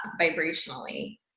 vibrationally